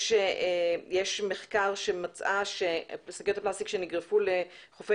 יש מחקר שמצא ששקיות פלסטיק שנגרפו לחופי